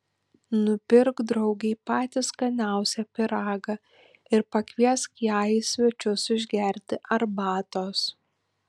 nupirk draugei patį skaniausią pyragą ir pakviesk ją į svečius išgerti arbatos